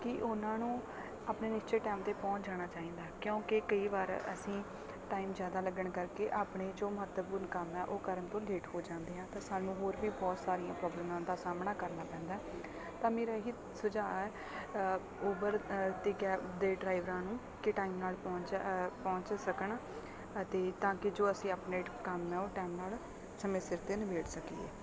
ਕਿ ਉਹਨਾਂ ਨੂੰ ਆਪਣੇ ਨਿਸ਼ਚੇ ਟੈਮ 'ਤੇ ਪਹੁੰਚ ਜਾਣਾ ਚਾਹੀਦਾ ਕਿਉਂਕਿ ਕਈ ਵਾਰ ਅਸੀਂ ਟਾਈਮ ਜ਼ਿਆਦਾ ਲੱਗਣ ਕਰਕੇ ਆਪਣੇ ਜੋ ਮਹੱਤਵਪੂਰਨ ਕੰਮ ਹੈ ਉਹ ਕਰਨ ਤੋਂ ਲੇਟ ਹੋ ਜਾਂਦੇ ਹਾਂ ਤਾਂ ਸਾਨੂੰ ਹੋਰ ਵੀ ਬਹੁਤ ਸਾਰੀਆਂ ਪ੍ਰੋਬਲਮਾਂ ਦਾ ਸਾਹਮਣਾ ਕਰਨਾ ਪੈਂਦਾ ਤਾਂ ਮੇਰਾ ਇਹ ਸੁਝਾਅ ਹੈ ਊਬਰ ਅਤੇ ਕੈਬ ਦੇ ਡਰਾਈਵਰਾਂ ਨੂੰ ਕਿ ਟਾਈਮ ਨਾਲ ਪਹੁੰਚ ਪਹੁੰਚ ਸਕਣ ਅਤੇ ਤਾਂ ਕਿ ਜੋ ਅਸੀਂ ਅਪਣੇ ਕੰਮ ਹੈ ਉਹ ਟਾਈਮ ਨਾਲ ਸਮੇਂ ਸਿਰ 'ਤੇ ਨਿਬੇੜ ਸਕੀਏ